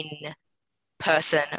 in-person